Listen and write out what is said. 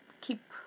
keep